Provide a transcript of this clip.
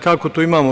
Kako to imamo?